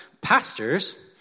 pastors